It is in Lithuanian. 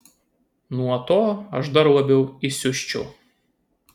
nuo to aš dar labiau įsiusčiau